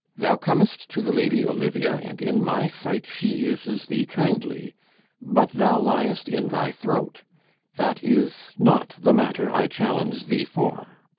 thou com'st to the lady olivia, and in my sight she uses thee kindly but thou liest in thy throat that is not the matter i challenge thee for.